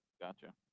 gotcha